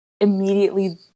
immediately